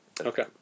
Okay